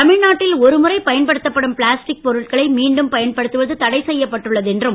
தமிழ்நாட்டில் ஒருமுறை பயன்படுத்தப்படும் பிளாஸ்டிக் பொருட்களை மீண்டும் பயன்படுத்துவது தடை செய்யப்பட்டுள்ளது என்றும்